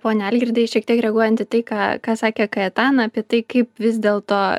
pone algirdai šiek tiek reaguojant į tai ką ką sakė kaetana apie tai kaip vis dėl to